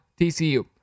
TCU